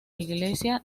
iglesia